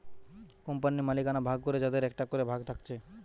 কোম্পানির মালিকানা ভাগ করে যাদের একটা করে ভাগ থাকছে